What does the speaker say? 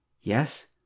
Yes